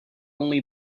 only